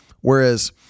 Whereas